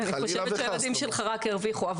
כי אני חושבת שהילדים שלך רק הרוויחו.